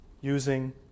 Using